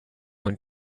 when